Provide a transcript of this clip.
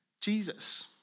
Jesus